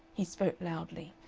he spoke loudly.